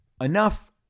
enough